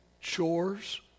chores